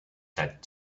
that